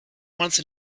once